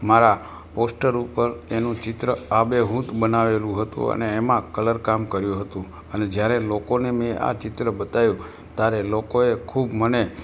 મારા પોસ્ટર ઉપર એનું ચિત્ર આબેહૂબ બનાવેલું હતું અને એમાં કલરકામ કર્યું હતું અને જ્યારે લોકોને મેં આ ચિત્ર બતાવ્યું ત્યારે લોકોએ ખૂબ મને